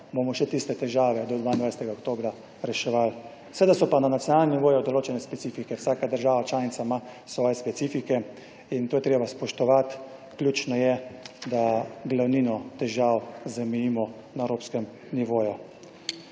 bomo še tiste težave do 22. oktobra reševali. Seveda so pa na nacionalnem nivoju določene specifike. Vsaka država članica ima svoje specifike in to je treba spoštovati. Ključno je, da glavnino težav zamejimo na evropskem nivoju.